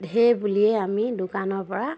সেই বুলিয়ে আমি দোকানৰ পৰা